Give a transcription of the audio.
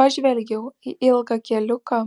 pažvelgiau į ilgą keliuką